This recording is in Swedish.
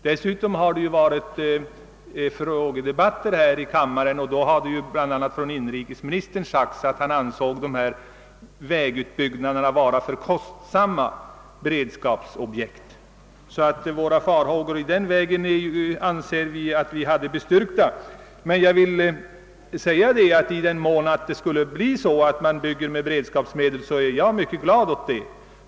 Dessutom har förekommit frågedebatter om detta spörsmål i denna kammare, varvid bl.a. inrikesministern sagt att han ansåg dessa vägutbyggnader vara för kostsamma beredskapsobjekt. Vi anser alltså att våra farhågor var bestyrkta. I den mån det dock skulle bli så, att man bygger med beredskapsmedel skulle jag vara mycket glad åt det.